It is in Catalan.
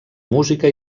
música